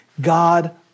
God